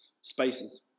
Spaces